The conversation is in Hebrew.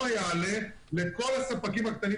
אני רואה את הוועדה ואיך אתה מנהל אותה.